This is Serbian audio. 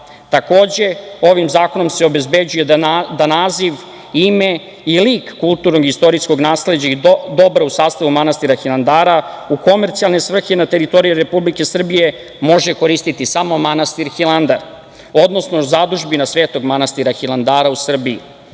Vlade. Takođe, ovim zakonom se obezbeđuje da naziv, ime i lik kulturnog i istorijskog nasleđa i dobra u sastavu manastira Hilandara u komercijalne svrhe na teritoriji Republike Srbije može koristiti samo manastir Hilandar, odnosno zadužbina Svetog manastira Hilandara u Srbiji,